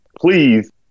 please